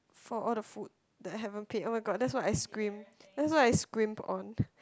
for all the food that I haven't paid oh-my-god that's what I scrimp that's what I scrimp on